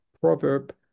proverb